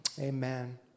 Amen